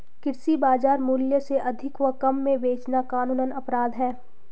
कृषि बाजार मूल्य से अधिक व कम में बेचना कानूनन अपराध है